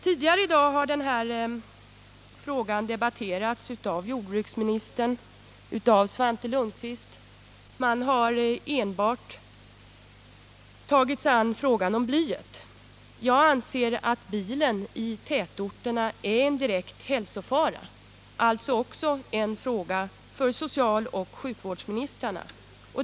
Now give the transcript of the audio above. Tidigare i dag har det här problemet debatterats av jordbruksministern och Svante Lundkvist, men man har enbart tagit sig an frågan om blyet. Jag anser att bilen i tätorterna är en direkt hälsofara och alltså också en fråga för socialoch sjukvårdsministrarna.